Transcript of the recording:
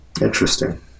interesting